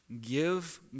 Give